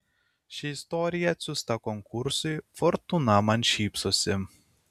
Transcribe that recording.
ši istorija atsiųsta konkursui fortūna man šypsosi